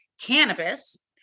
Cannabis